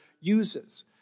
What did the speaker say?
uses